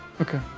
Okay